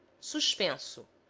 suspenso